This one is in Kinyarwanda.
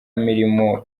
mirimo